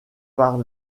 par